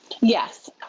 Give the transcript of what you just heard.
Yes